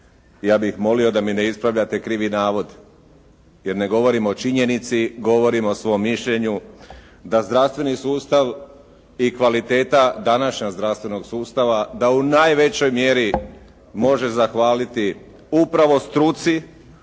ja bih molio da mi ne ispravljate krivi navod, jer ne govorim o činjenici. Govorim o svom mišljenju da zdravstveni sustav i kvaliteta današnja zdravstvenog sustava da u najvećoj mjeri može zahvaliti upravo struci,